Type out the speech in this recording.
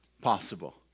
possible